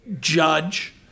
judge